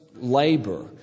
labor